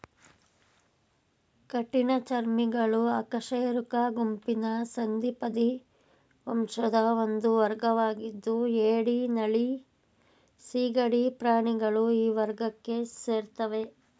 ಕಠಿಣ ಚರ್ಮಿಗಳು ಅಕಶೇರುಕ ಗುಂಪಿನ ಸಂಧಿಪದಿ ವಂಶದ ಒಂದು ವರ್ಗವಾಗಿದ್ದು ಏಡಿ ನಳ್ಳಿ ಸೀಗಡಿ ಪ್ರಾಣಿಗಳು ಈ ವರ್ಗಕ್ಕೆ ಸೇರ್ತವೆ